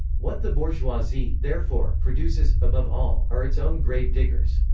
what the bourgeoisie, therefore, produces, above all, are its own grave-diggers.